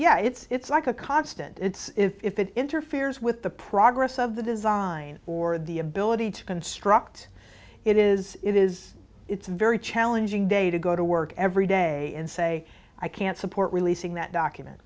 h it's like a constant it's if it interferes with the progress of the design or the ability to construct it is it is it's very challenging day to go to work every day and say i can't support releasing that document